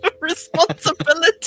responsibility